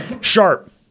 Sharp